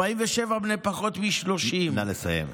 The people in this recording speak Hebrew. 47 בני פחות מ-30, נא לסיים.